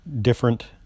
different